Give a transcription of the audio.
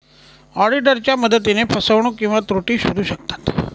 ऑडिटरच्या मदतीने फसवणूक किंवा त्रुटी शोधू शकतात